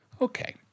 Okay